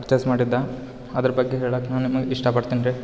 purchase ಮಾಡಿದ್ದೆ ಅದ್ರ ಬಗ್ಗೆ ಹೇಳೋಕ್ ನಾ ನಿಮಗೆ ಇಷ್ಟ ಪಡ್ತೇನ್ರಿ